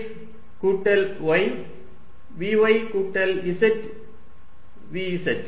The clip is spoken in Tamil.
x vx கூட்டல் y vy கூட்டல் z vz